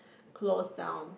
closed down